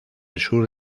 sur